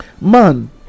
Man